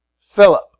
Philip